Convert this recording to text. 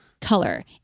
color